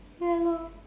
ya lor